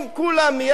כולם מייד,